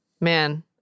Man